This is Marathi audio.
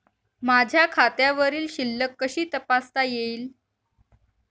माझ्या खात्यावरील शिल्लक कशी तपासता येईल?